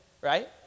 right